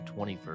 21st